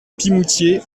pimoutier